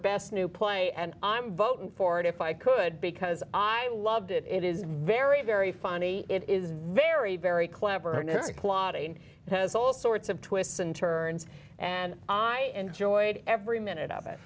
best new play and i'm voting for it if i could because i loved it it is very very funny it is very very clever and it's a plot and has all sorts of twists and turns and i enjoyed every minute of it